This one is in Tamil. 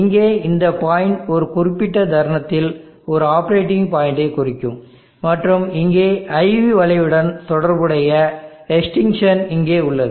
இங்கே இந்த பாயிண்ட் ஒரு குறிப்பிட்ட தருணத்தில் ஒரு ஆப்பரேட்டிங் பாயிண்டை குறிக்கும் மற்றும் இங்கே IV வளைவுடன் தொடர்புடைய எக்ஸ்டிங்ஷன் இங்கே உள்ளது